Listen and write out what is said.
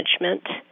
management